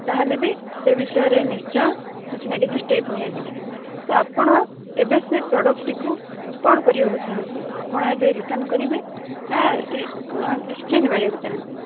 ତା'ହେଲେ ବି ସେ ବିଷୟରେ ନିଶ୍ଚୟ କିଛି ନା କିଛି ଷ୍ଟେପ୍ ନିଆଯିବ ତ ଆପଣ ଏବେ ସେ ପ୍ରଡ଼କ୍ଟଟିକୁ କ'ଣ କରିବାକୁ ଚାହାଁନ୍ତି ଆପଣ ଏବେ ରିଟର୍ନ କରିବେ ନା ଏକ୍ସଚେଞ୍ଜ ମାରିବାକୁ ଚାହାଁନ୍ତି